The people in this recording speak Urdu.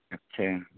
اچھا